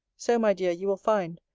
so, my dear, you will find,